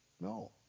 No